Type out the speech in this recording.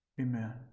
Amen